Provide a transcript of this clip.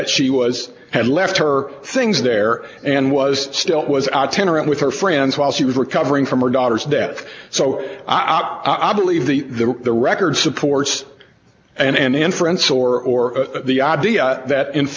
that she was had left her things there and was still was out ten around with her friends while she was recovering from her daughter's death so i'll believe the the the record supports and inference or the idea that in